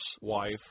wife